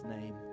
name